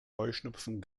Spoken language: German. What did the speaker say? heuschnupfen